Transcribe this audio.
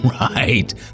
Right